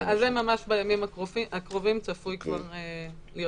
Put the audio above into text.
זה ממש בימים הקרובים כבר צפוי להיות מיושם.